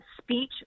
speech